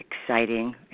exciting